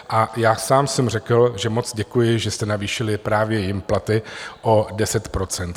A já sám jsem řekl, že moc děkuji, že jste navýšili právě jim platy o 10 %.